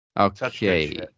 Okay